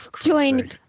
join